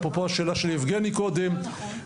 אפרופו השאלה של יבגני קודם לכן.